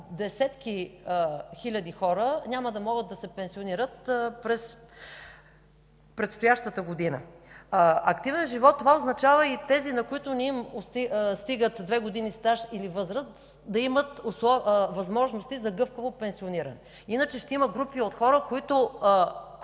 десетки хиляди хора няма да могат да се пенсионират през предстоящата година. „Активен живот” означава и тези, на които не им стигат две години стаж или възраст, да имат възможности за гъвкаво пенсиониране. Иначе ще има групи от хора, които